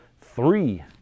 three